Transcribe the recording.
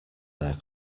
there